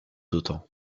autant